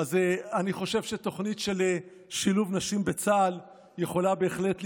אני חושב שתוכנית של שילוב נשים בצה"ל יכולה בהחלט להיות